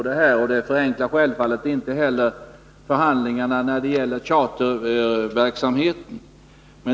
Det förenklar självfallet inte heller förhandlingarna när det gäller charterverksamheten.